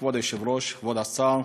כבוד היושב-ראש, כבוד השר,